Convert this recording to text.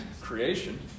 creation